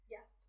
Yes